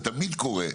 ותמיד קורה,